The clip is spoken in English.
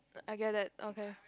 I get that okay